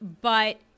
But-